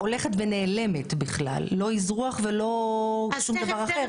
הולכת ונעלמת בכלל, לא אזרוח ולא שום דבר אחר.